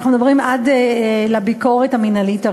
אנחנו מדברים עד לביקורת המינהלית הראשונה.